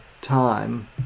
time